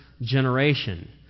generation